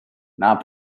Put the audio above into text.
not